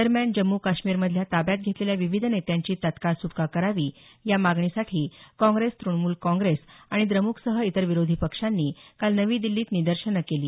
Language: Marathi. दरम्यान जम्मू काश्मीरमधल्या ताब्यात घेतलेल्या विविध नेत्यांची तत्काळ सुटका करावी या मागणीसाठी काँग्रेस तृणमूल काँग्रेस आणि द्रमुकसह इतर विरोधी पक्षांनी काल नवी दिल्लीत निदर्शनं केली